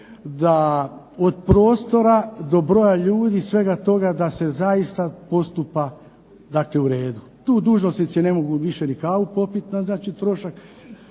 da od prostora, do broja ljudi, svega toga da se zaista postupa u redu. Tu dužnosnici ne mogu više ni kavu popiti na trošak